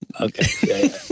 Okay